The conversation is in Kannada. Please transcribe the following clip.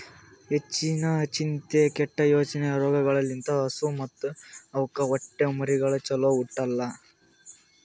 ಹೆಚ್ಚಿನ ಚಿಂತೆ, ಕೆಟ್ಟ ಯೋಚನೆ ರೋಗಗೊಳ್ ಲಿಂತ್ ಹಸು ಮತ್ತ್ ಅವಕ್ಕ ಹುಟ್ಟೊ ಮರಿಗಳು ಚೊಲೋ ಹುಟ್ಟಲ್ಲ